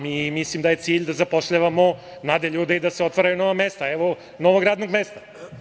Mislim da je cilj da zapošljavamo mlade ljude i da se otvaraju nova mesta, evo, novog radnog mesta.